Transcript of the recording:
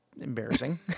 embarrassing